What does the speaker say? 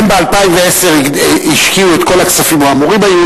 הם השקיעו את כל הכספים או אמורים היו